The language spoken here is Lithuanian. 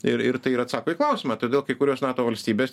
ir ir tai ir atsako į klausimą todėl kai kurios nato valstybės